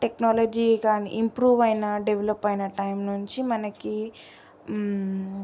technology కానీ improve అయిన develop అయిన టైం నుంచి మనకి